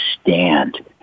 stand